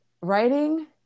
Writing